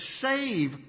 save